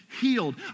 healed